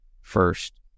first